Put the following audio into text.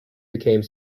became